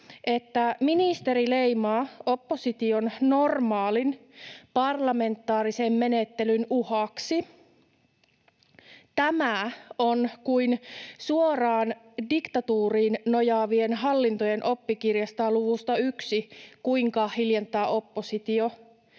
että ministeri leimaa opposition normaalin, parlamentaarisen menettelyn uhaksi. Tämä on kuin suoraan diktatuuriin nojaavien hallintojen oppikirjasta luvusta yksi: ”Kuinka hiljentää oppositio”.